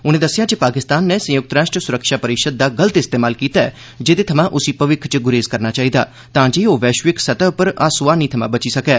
उने दस्सेआ जे पाकिस्तान नै संयुक्त राश्ट्र सुरक्षा परिषद दा गल्त इस्तेमाल कीता ऐ जेहदे कन्नै उसी भविक्ख च गुरेज करना चाईदा तां जे ओ वैश्विक स्तर पर हास्सोहानी थमां बची सकै